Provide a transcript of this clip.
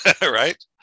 right